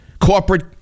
corporate